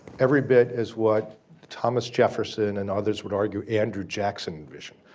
every bit is what thomas jefferson and others would argue andrew jackson vision's,